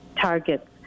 targets